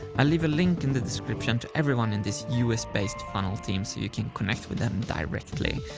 i'll leave a link in the description to everyone in this us-based funnel-team so you can connect with them directly.